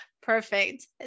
Perfect